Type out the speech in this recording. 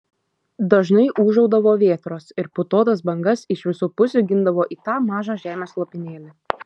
dažnai ūžaudavo vėtros ir putotas bangas iš visų pusių gindavo į tą mažą žemės lopinėlį